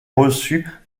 reçues